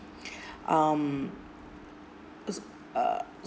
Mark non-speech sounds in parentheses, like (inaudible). (breath) um (noise) err